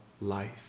life